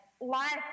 life